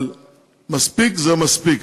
אבל מספיק זה מספיק.